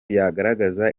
yagaragazaga